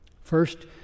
First